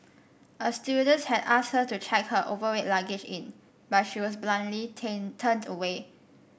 a stewardess had asked her to check her overweight luggage in but she was bluntly tin turned away